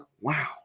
wow